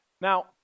Now